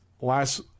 Last